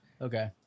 Okay